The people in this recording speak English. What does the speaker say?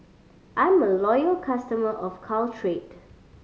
I am a loyal customer of Caltrate